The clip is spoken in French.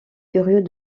curieux